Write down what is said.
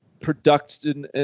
production